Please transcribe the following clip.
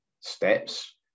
steps